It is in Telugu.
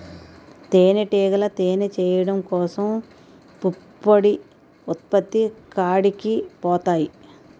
తేనిటీగలు తేనె చేయడం కోసం పుప్పొడి ఉత్పత్తి కాడికి పోతాయి